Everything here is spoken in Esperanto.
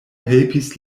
helpis